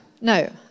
No